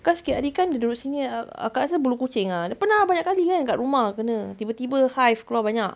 because sikit hari kan dia duduk sini kakak rasa bulu kucing ah dia pernah banyak kali kan kat rumah kena tiba-tiba hive keluar banyak